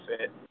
fit